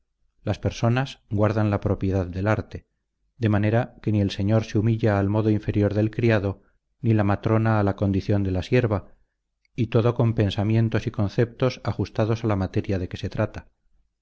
las personas guardan la propiedad del arte de manera que ni el señor se humilla al modo inferior del criado ni la matrona a la condición de la sierva y todo con pensamientos y conceptos ajustados a la materia de que se trata